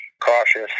cautious